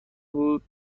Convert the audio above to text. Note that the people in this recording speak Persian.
بود